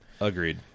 Agreed